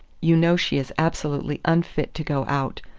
you know she is absolutely unfit to go out.